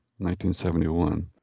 1971